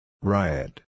Riot